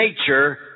nature